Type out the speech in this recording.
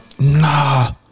nah